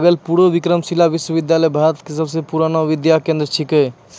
भागलपुर रो विक्रमशिला विश्वविद्यालय भारत के सबसे पुरानो विद्या केंद्र छिकै